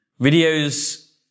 Videos